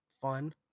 fun